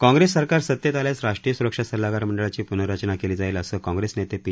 काँग्रेस सरकार सतेत आल्यास राष्ट्रीय स्रक्षा सल्लागार मंडळाची प्नर्रचना केली जाईल असं काँग्रेस नेते पी